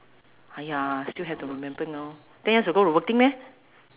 !aiya! still have to remember now ten years ago you working meh